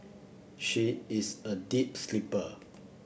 she is a deep sleeper